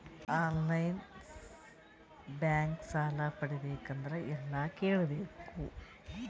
On line bank ಸಾಲ ಪಡಿಬೇಕಂದರ ಎಲ್ಲ ಕೇಳಬೇಕು?